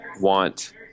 want